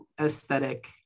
aesthetic